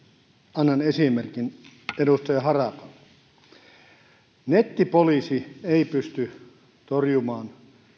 annan esimerkin edustaja harakalle nettipoliisi ei pysty torjumaan